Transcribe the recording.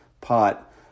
pot